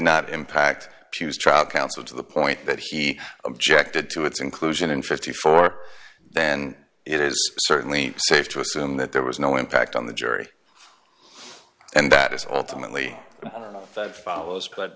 not impact pugh's trial counsel to the point that he objected to its inclusion in fifty four then it is certainly safe to assume that there was no impact on the jury and that is ultimately that follows but